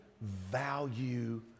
value